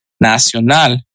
Nacional